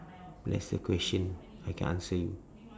lesser question I can answer you